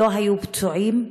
לא היו פצועים,